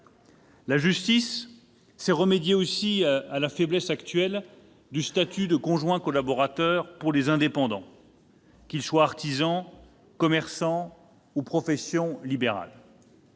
faut aussi remédier à la faiblesse actuelle du statut de conjoint collaborateur pour les indépendants, qu'ils soient artisans, commerçants ou professions libérales.